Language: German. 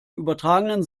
übertragenen